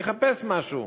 יחפש משהו.